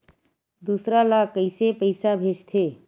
दूसरा ला कइसे पईसा भेजथे?